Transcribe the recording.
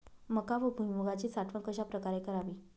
मका व भुईमूगाची साठवण कशाप्रकारे करावी?